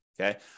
okay